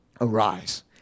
arise